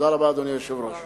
תודה רבה, אדוני היושב-ראש.